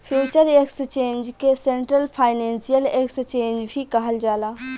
future exchange के central financial exchange भी कहल जाला